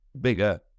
bigger